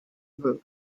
roof